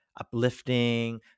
uplifting